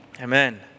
Amen